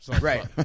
Right